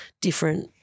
different